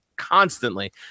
constantly